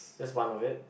just one of it